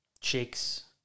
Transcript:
chicks